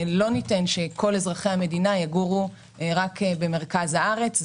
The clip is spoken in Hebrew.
לא ניתן שכל אזרחי המדינה יגורו רק במרכז הארץ.